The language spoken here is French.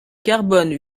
carbone